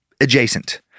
adjacent